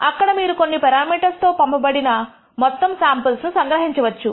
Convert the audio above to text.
అక్కడ మీరు కొన్ని పెరామీటర్స్ తో పంపబడిన మొత్తం శాంపుల్ ను సంగ్రహించవచ్చు